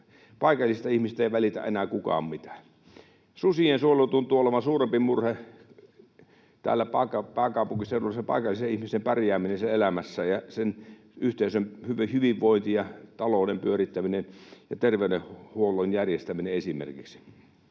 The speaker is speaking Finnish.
paikallisista ihmistä ei välitä enää kukaan mitään. Susien suojelu tuntuu olevan täällä pääkaupunkiseudulla suurempi murhe kuin sen paikallisen ihmisen pärjääminen siellä elämässään ja sen yhteisön hyvinvointi ja talouden pyörittäminen ja terveydenhuollon järjestäminen, esimerkiksi.